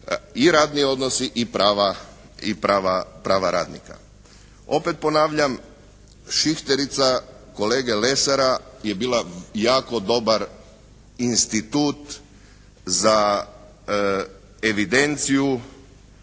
i radni odnosi i prava radnika. Opet ponavlja, šihterica kolege Lesara je bila jako dobar institut za evidenciju